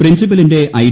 പ്രിൻസിപ്പലിന്റെ I